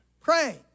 pray